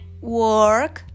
work